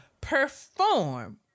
Perform